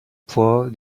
pulled